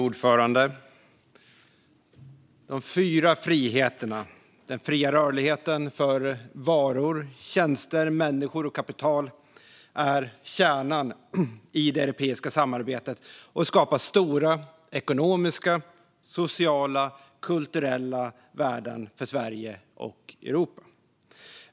Fru talman! De fyra friheterna - den fria rörligheten för varor, tjänster, människor och kapital - är kärnan i det europeiska samarbetet och skapar stora ekonomiska, sociala och kulturella värden för Sverige och Europa.